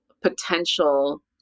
potential